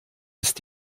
ist